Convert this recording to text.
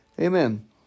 Amen